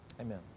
Amen